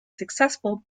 successful